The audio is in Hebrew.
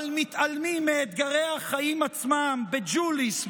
מתעלמים מאתגרי החיים עצמם בג'וליס,